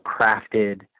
crafted